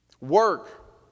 Work